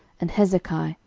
and hezeki,